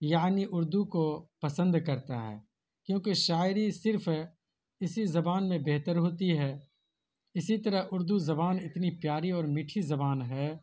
یعنی اردو کو پسند کرتا ہے کیونکہ شاعری صرف اسی زبان میں بہتر ہوتی ہے اسی طرح اردو زبان اتنی پیاری اور میٹھی زبان ہے